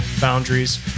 boundaries